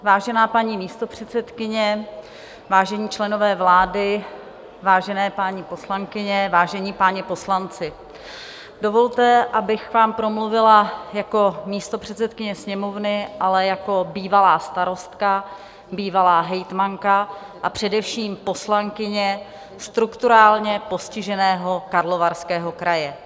Vážená paní místopředsedkyně, vážení členové vlády, vážené paní poslankyně, vážení páni poslanci, dovolte, abych k vám promluvila jako místopředsedkyně Sněmovny, ale i jako bývalá starostka, bývalá hejtmanka, a především poslankyně strukturálně postiženého Karlovarského kraje.